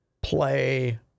play